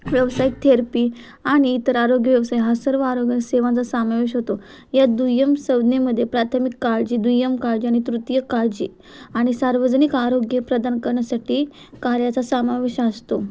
व्यावसायिक थेरपी आणि इतर आरोग्य व्यवसाय हा सर्व आरोग्य सेवाचा समावेश होतो या दुय्यम संज्ञेमध्ये प्राथमिक काळजी दुय्यम काळजी आणि तृतीय काळजी आणि सार्वजनिक आरोग्य प्रदान करण्यासाठी कार्याचा समावेश असतो